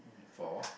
for